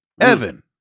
Evan